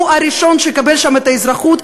הוא הראשון שיקבל שם אזרחות,